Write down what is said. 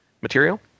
material